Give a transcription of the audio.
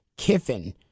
Kiffin